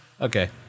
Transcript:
Okay